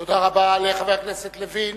תודה רבה לחבר הכנסת לוין.